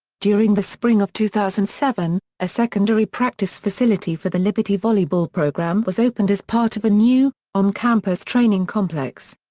during the spring of two thousand and seven, a secondary practice facility for the liberty volleyball program was opened as part of a new, on-campus training complex.